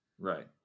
Right